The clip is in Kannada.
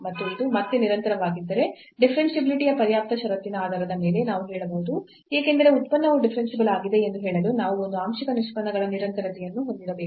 ಮತ್ತು ಅದು ಮತ್ತೆ ನಿರಂತರವಾಗಿದ್ದರೆ ಡಿಫರೆನ್ಷಿಯಾಬಿಲಿಟಿ ಯ ಪರ್ಯಾಪ್ತ ಷರತ್ತಿನ ಆಧಾರದ ಮೇಲೆ ನಾವು ಹೇಳಬಹುದು ಏಕೆಂದರೆ ಉತ್ಪನ್ನವು ಡಿಫರೆನ್ಸಿಬಲ್ ಆಗಿದೆ ಎಂದು ಹೇಳಲು ನಾವು ಒಂದು ಆಂಶಿಕ ನಿಷ್ಪನ್ನಗಳ ನಿರಂತರತೆಯನ್ನು ಹೊಂದಿರಬೇಕು